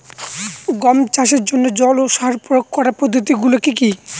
গম চাষের জন্যে জল ও সার প্রয়োগ করার পদ্ধতি গুলো কি কী?